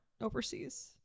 overseas